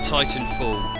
Titanfall